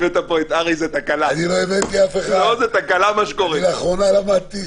את זה מספיק טוב, ולא בפעם הראשונה.